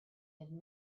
had